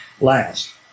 last